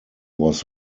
was